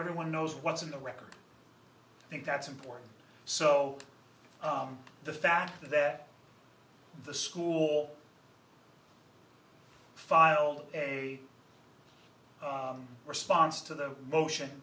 everyone knows what's in the record i think that's important so the fact that the school filed a response to the motion